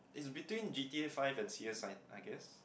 is between G_T_A five and C_S I I guess